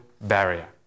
barrier